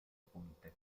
ponte